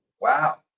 Wow